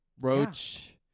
Roach